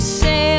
say